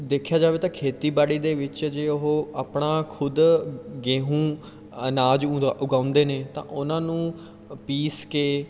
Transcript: ਦੇਖਿਆ ਜਾਵੇ ਤਾਂ ਖੇਤੀਬਾੜੀ ਦੇ ਵਿੱਚ ਜੇ ਉਹ ਆਪਣਾ ਖੁਦ ਗੇਹੂੰ ਅਨਾਜ ਉਦਾ ਉਗਾਉਂਦੇ ਨੇ ਤਾਂ ਉਹਨਾਂ ਨੂੰ ਅ ਪੀਸ ਕੇ